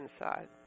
inside